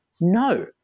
no